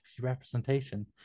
representation